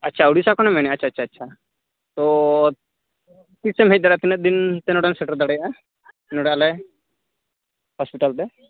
ᱟᱪᱪᱷᱟ ᱚᱲᱤᱥᱥᱟ ᱠᱷᱚᱱᱮᱢ ᱢᱮᱱᱮᱫᱼᱟ ᱟᱪᱪᱷᱟ ᱟᱪᱪᱷᱟ ᱛᱚ ᱛᱤᱥᱮᱢ ᱦᱮᱡ ᱫᱟᱲᱮᱭᱟᱜᱼᱟ ᱛᱤᱱᱟᱹᱜ ᱫᱤᱱ ᱛᱮ ᱱᱚᱸᱰᱮᱢ ᱥᱮᱴᱮᱨ ᱫᱟᱲᱮᱭᱟᱜᱼᱟ ᱱᱚᱸᱰᱮ ᱟᱞᱮ ᱦᱚᱥᱯᱤᱴᱟᱞᱛᱮ